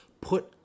put